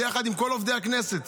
ביחד עם כל עובדי הכנסת.